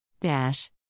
Dash